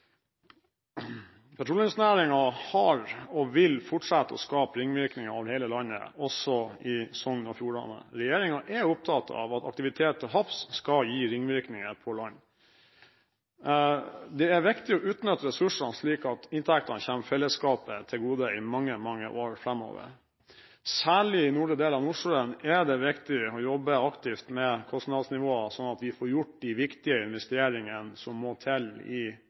har skapt og vil fortsette å skape ringvirkninger over hele landet, også i Sogn og Fjordane. Regjeringen er opptatt av at aktivitet til havs skal gi ringvirkninger på land. Det er viktig å utnytte ressursene slik at inntektene kommer fellesskapet til gode i mange, mange år framover. Særlig i nordre del av Nordsjøen er det viktig å jobbe aktivt med kostnadsnivået, slik at vi får gjort de viktige investeringene som må til